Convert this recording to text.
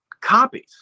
copies